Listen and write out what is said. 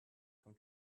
come